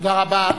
תודה רבה.